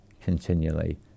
continually